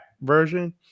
version